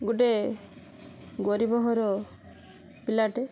ଗୋଟେ ଗରିବ ଘର ପିଲାଟେ